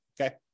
okay